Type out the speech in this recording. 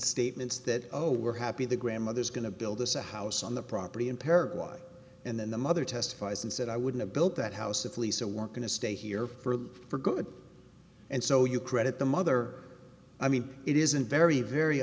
statements that oh we're happy the grandmother is going to build us a house on the property in paraguay and then the mother testifies and said i wouldn't have built that house if lisa weren't going to stay here for good and so you credit the mother i mean it isn't very very